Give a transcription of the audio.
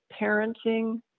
parenting